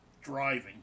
driving